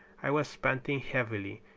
i was panting heavily,